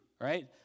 right